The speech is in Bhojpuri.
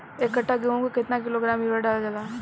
एक कट्टा गोहूँ में केतना किलोग्राम यूरिया डालल जाला?